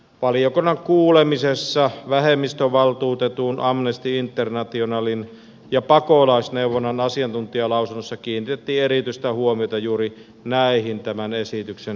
valiokunnan kuulemisessa vähemmistövaltuutetun amnesty internationalin ja pakolaisneuvonnan asiantuntijalausunnossa kiinnitettiin erityistä huomiota juuri näihin tämän esityksen epäkohtiin